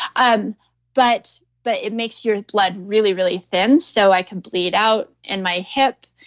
um but but it makes your blood really, really thin, so i can bleed out in my hip.